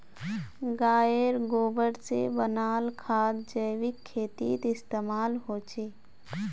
गायेर गोबर से बनाल खाद जैविक खेतीत इस्तेमाल होछे